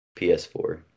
PS4